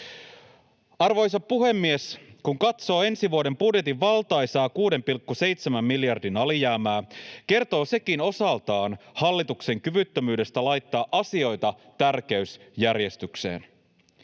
Arvoisa puhemies! Kun katsoo ensi vuoden budjetin valtaisaa 6,7 miljardin alijäämää, kertoo sekin osaltaan hallituksen kyvyttömyydestä laittaa asioita tärkeysjärjestykseen.